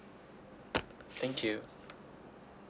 thank you